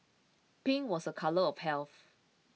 pink was a colour of health